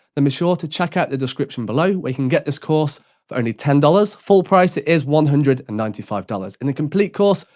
then be sure to check out the description below where you can get this course for only ten dollars. full price is one hundred and ninety five dollars. in the complete course,